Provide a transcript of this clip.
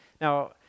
Now